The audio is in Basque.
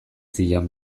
zion